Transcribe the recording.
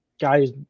guy's